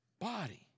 body